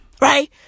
Right